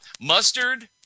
Mustard